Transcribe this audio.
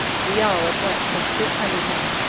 riall at once sent six hundred men,